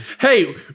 Hey